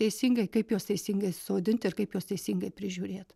teisingai kaip juos teisingai sodint ir kaip juos teisingai prižiūrėt